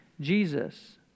Jesus